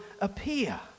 appear